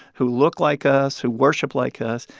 who look like us, who worship like us.